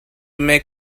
make